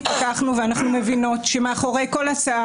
התפכחנו ואנחנו מבינות שמאחורי כל הצעת